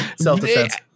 self-defense